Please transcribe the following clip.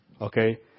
Okay